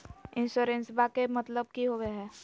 इंसोरेंसेबा के मतलब की होवे है?